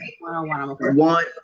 one